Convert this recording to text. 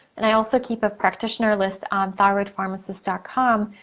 and i also keep a practitioner list on thyroidpharmacist ah com.